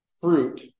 fruit